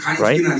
Right